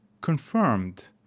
confirmed